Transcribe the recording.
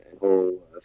whole